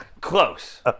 Close